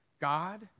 God